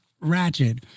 Ratchet